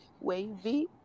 Wavy